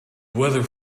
weather